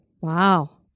Wow